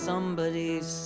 Somebody's